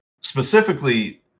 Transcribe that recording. specifically